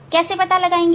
कैसे पता लगाएंगे